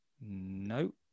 No